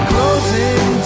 Closing